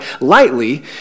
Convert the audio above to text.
lightly